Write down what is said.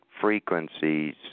frequencies